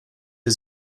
die